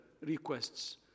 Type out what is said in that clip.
requests